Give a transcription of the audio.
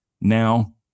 Now